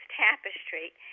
tapestry